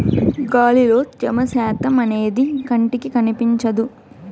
గాలిలో త్యమ శాతం అనేది కంటికి కనిపించదు